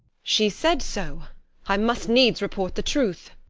she said so i must needs report the truth.